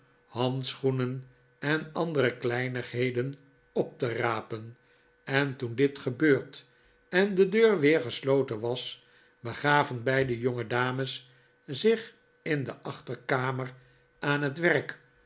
handschoenen en andere kleinigheden op te rapen en toen dit gebeurd en de deur weer gesloten was begaven beide jongedames zich in de achterkamer aan het werk